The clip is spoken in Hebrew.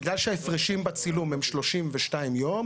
בגלל שההפרשים בצילום הם 32 יום,